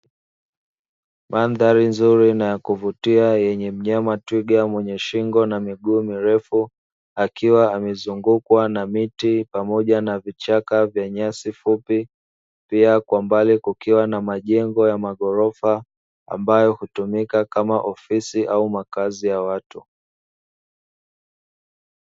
Mandhari nzuri na yakuvutia, yenye mnyama twinga mwenye shingo na miguu mirefu, akiwa imezungukwa na miti, vichaka vya nyasi fupi, pia kwa mbali kukiwa na majengo ya ghorofa ambayo hutumika kama ofisi au makazi ya watu.